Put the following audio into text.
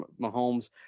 Mahomes